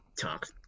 talk